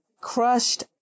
crushed